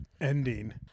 ending